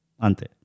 Ante